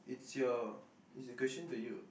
is your is your question to you